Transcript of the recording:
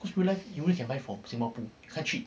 cause real life you only can buy from singapore pools